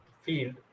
field